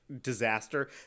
disaster